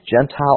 Gentile